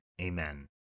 amen